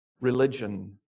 religion